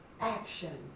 action